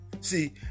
See